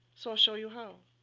so i'll show you how.